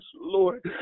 Lord